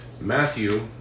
Matthew